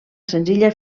senzilla